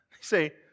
say